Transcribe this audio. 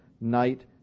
night